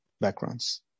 backgrounds